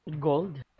Gold